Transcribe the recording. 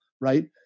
right